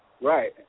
Right